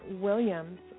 Williams